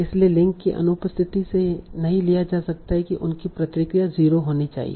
इसलिए लिंक की अनुपस्थिति से नहीं लिया जा सकता है कि उनकी प्रतिक्रिया 0 होनी चाहिए